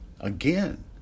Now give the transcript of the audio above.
Again